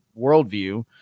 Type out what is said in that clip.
worldview